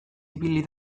ibili